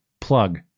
plug